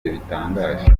bitangaje